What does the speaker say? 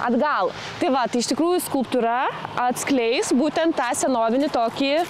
atgal tai va tai iš tikrųjų skulptūra atskleis būtent tą senovinį tokį